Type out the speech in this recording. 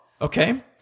okay